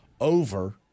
over